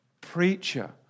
preacher